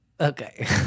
Okay